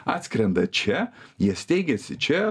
atskrenda čia jie steigiasi čia